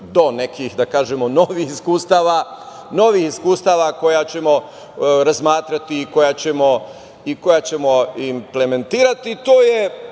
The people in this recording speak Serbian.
do nekih novih iskustava, koja ćemo razmatrati i koja ćemo implementirati